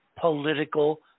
political